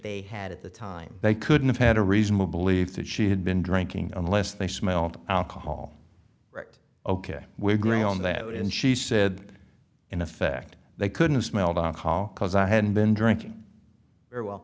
they had at the time they couldn't have had a reasonable belief that she had been drinking unless they smelled alcohol right ok we're going on that and she said in effect they couldn't smell the car because i had been drinking very well